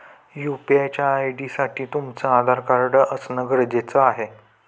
UPI च्या ID साठी तुमचं आधार कार्ड असण गरजेच आहे